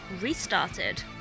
restarted